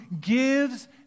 gives